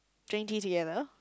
drink tea together